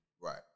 Right